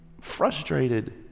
frustrated